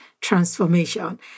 transformation